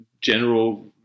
general